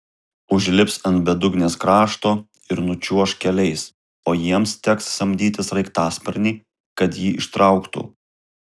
užlips ant bedugnės krašto ir nučiuoš keliais o jiems teks samdyti sraigtasparnį kad jį ištrauktų